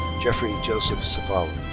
jeffrey joseph so